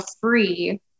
free